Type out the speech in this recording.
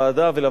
קשה,